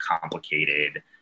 complicated